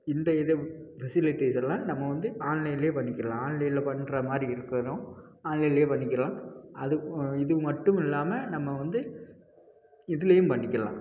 இந்த இதை ஃபெசிலிட்டிஸ்லாம் நம்ம வந்து ஆன்லைன்லேயே பண்ணிக்கலாம் ஆன்லைனில் பண்ணுற மாதிரி இருக்கணும் ஆன்லைன்லேயே பண்ணிக்கிலாம் அதுக்கு இது மட்டும் இல்லாமல் நம்ம வந்து இதுலேயும் பண்ணிக்கிலாம்